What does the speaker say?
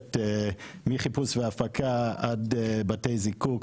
השרשרת מחיפוש והפקה עד בתי זיקוק,